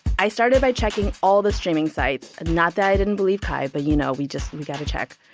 i started by checking all the streaming sites and not that i didn't believe kai, but, you know, we just we got to check.